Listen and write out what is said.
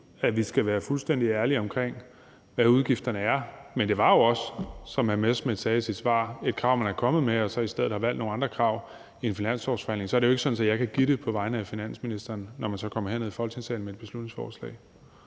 at vi skal være fuldstændig ærlige om, hvad udgifterne er. Men det var jo også, som hr. Morten Messerschmidt sagde i sit svar, et krav, man er kommet med i en finanslovsforhandling, og så har man i stedet valgt nogle andre krav. Så er det jo ikke sådan, at jeg kan give det på vegne af finansministeren, når man så kommer herned i Folketingssalen med et beslutningsforslag.